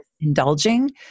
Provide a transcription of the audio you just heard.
indulging